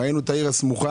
ראינו את העיר הסמוכה,